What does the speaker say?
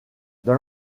dans